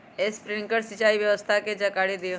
Sprinkler सिंचाई व्यवस्था के जाकारी दिऔ?